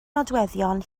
nodweddion